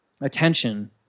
attention